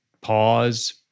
pause